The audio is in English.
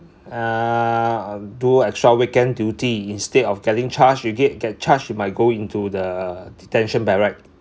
err um do extra weekend duty instead of getting charged you get get charged you might go into the detention barrack